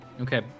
okay